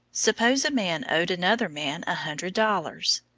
suppose a man owed another man a hundred dollars.